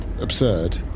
absurd